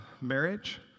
marriage